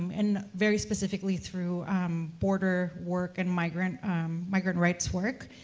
and very specifically through um border work and migrant migrant rights work,